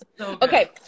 Okay